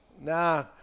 Nah